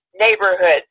neighborhoods